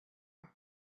end